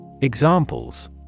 Examples